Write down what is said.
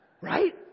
Right